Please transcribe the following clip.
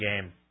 game